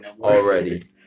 already